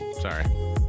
Sorry